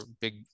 big